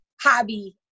hobby